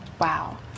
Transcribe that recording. Wow